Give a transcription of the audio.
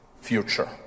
future